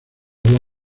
agua